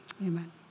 Amen